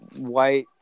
white